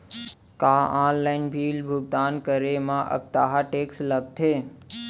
का online bill भुगतान करे मा अक्तहा टेक्स लगथे?